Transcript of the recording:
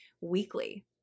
weekly